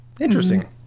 Interesting